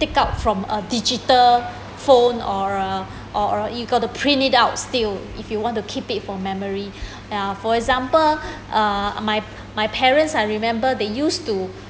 take out from a digital phone or uh or uh you got to print it out still if you want to keep it for memory uh for example uh my my parents I remember they used to